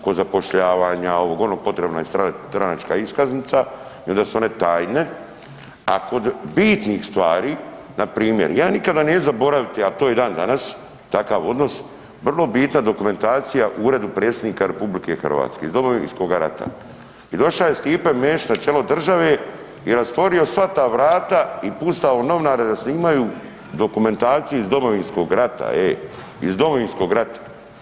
Kod zapošljavanja, ovog, onog, potrebna je stranačka iskaznica i onda su one tajne, a kod bitnih stvari, npr. ja nikada neću zaboraviti, a to je i dan danas, takav odnos, vrlo bitna dokumentacija u Uredu predsjednika RH, iz Domovinskoga rata i doša je Stipe Mesić na čelo države i rastvorio sva ta vrata i pustao novinare da snimaju dokumentaciju iz Domovinskog rata, e, iz Domovinskog rata.